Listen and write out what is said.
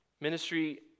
ministry